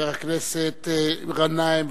חבר הכנסת גנאים,